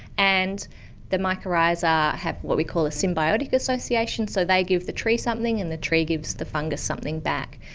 and the mycorrhiza have what we call a symbiotic association, so they give the tree something and the tree gives the fungus something back,